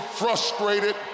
frustrated